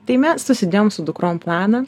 tai mes susidėjom su dukrom planą